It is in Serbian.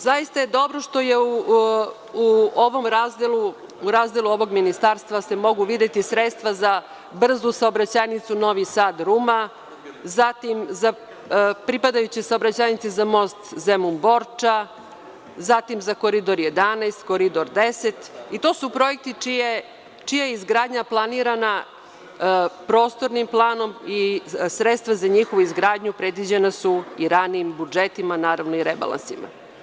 Zaista je dobro što je u razdelu ovog ministarstva moguće videti sredstva za brzu saobraćajnicu Novi Sad – Ruma, zatim pripadajućoj saobraćajnici za most Zemun-Borča, zatim za Koridor 11, Koridor 10 i to su projekti čija je izgradnja planirana prostornim planom i sredstva za njihovu izgradnju predviđena su i ranijim budžetima, naravno i rebalansima.